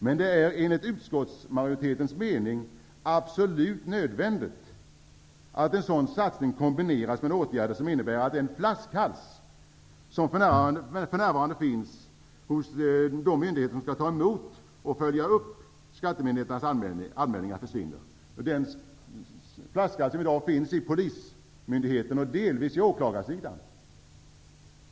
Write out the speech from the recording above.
Men det är enligt utskottsmajoritetens mening absolut nödvändigt att en sådan satsning kombineras med åtgärder som innebär att den flaskhals som f.n. finns hos de myndigheter som skall ta emot och följa upp skattemyndigheternas anmälningar försvinner; den flaskhalsen finns hos polismyndigheten och delvis på åklagarsidan.